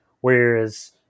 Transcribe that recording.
whereas